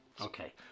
Okay